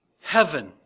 Heaven